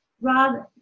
Rob